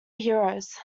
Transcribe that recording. heroes